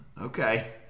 okay